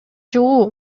чыгуу